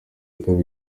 afurika